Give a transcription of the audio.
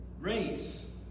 race